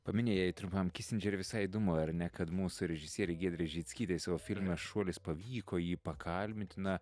paminėjai trumpam kisindžerį visai įdomu ar ne kad mūsų režisierei giedrei žickytei savo filme šuolis pavyko jį pakalbint na